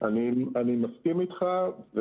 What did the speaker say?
אני מסכים איתך.